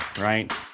right